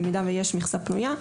במידה ויש מכסה פנויה,